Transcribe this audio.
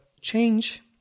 change